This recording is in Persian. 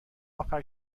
اخر